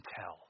tell